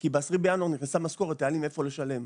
כי ב-10 בינואר נכנסה המשכורת היה לי מאיפה לשלם.